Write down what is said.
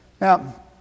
Now